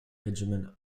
regiment